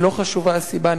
ולא חשובה הסיבה,